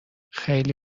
خیله